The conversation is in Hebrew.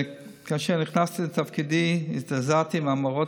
כאשר נכנסתי לתפקידי הזדעזעתי מהמראות